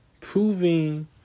proving